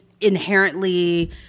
inherently